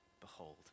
behold